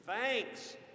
thanks